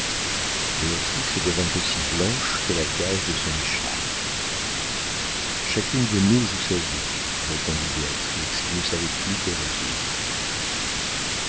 devint aussi blanche que la gaze de son écharpe chacune de nous joue sa vie répondit béatrix qui ne savait plus que résoudre